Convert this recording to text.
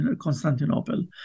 Constantinople